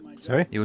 Sorry